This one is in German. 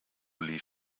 lief